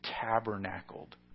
tabernacled